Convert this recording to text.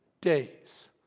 days